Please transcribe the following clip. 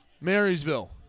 Marysville